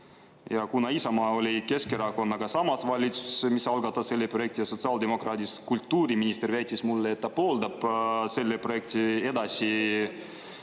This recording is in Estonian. Ja kuna Isamaa oli Keskerakonnaga samas valitsuses, mis algatas selle projekti, ja sotsiaaldemokraadist kultuuriminister väitis mulle, et ta pooldab selle projektiga